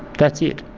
that's it.